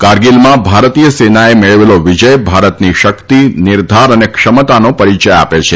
કારગીલમાં ભારતીય સેનાએ મેળવેલો વિજય ભારતની શેેેક્ત નિર્ધાર તથા ક્ષમતાનો પરિચય આપે છે